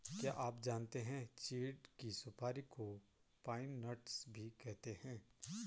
क्या आप जानते है चीढ़ की सुपारी को पाइन नट्स भी कहते है?